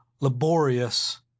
laborious